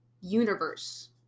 universe